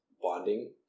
bonding